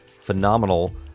phenomenal